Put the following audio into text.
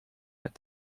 met